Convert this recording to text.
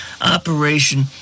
operation